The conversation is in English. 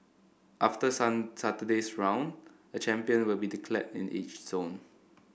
after sun Saturday's round a champion will be declared in each zone